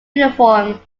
uniform